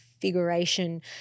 configuration